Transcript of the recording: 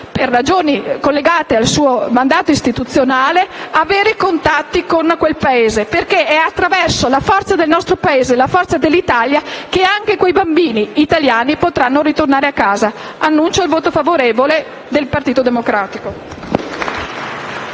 per ragioni collegate al suo mandato istituzionale, avere contatti con quel Paese. È anche attraverso la forza del nostro Paese che quei bambini italiani potranno tornare a casa. Dichiaro il voto favorevole del Partito Democratico.